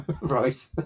Right